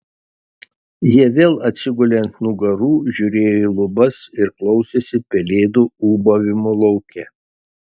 jie vėl atsigulė ant nugarų žiūrėjo į lubas ir klausėsi pelėdų ūbavimo lauke